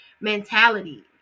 mentality